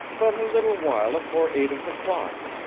but a little while afore eight of the clock.